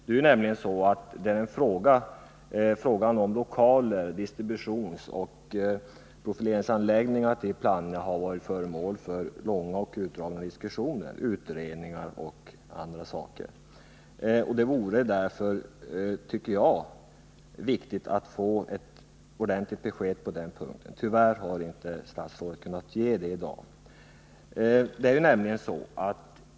Det är nämligen så att frågan om lokaler, distributionsoch profileringsanläggningar till Plannja har varit föremål för långa och utdragna diskussioner, utredningar och annat. Det vore därför, tycker jag, viktigt att få ett ordentligt besked på den punkten. Tyvärr har inte statsrådet kunnat ge ett i dag.